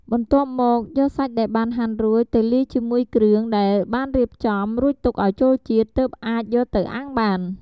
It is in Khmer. បន្ទាប់មកយកសាច់ដែលបានហាន់រួចទៅលាយជាមួយគ្រឿងដែលបានរៀបចំ រួចទុកឱ្យចូលជាតិ ទើបអាចយកទៅអាំងបាន។